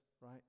right